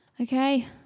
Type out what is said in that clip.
Okay